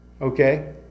Okay